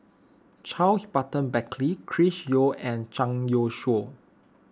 Charles Burton Buckley Chris Yeo and Zhang Youshuo